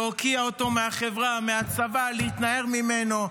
להקיא אותו מהחברה, מהצבא, להתנער ממנו.